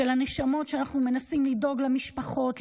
של הנשמות שאנחנו מנסים לדאוג למשפחות שלהם,